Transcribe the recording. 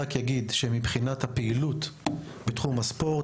מבחינת הפעילות בתחום הספורט,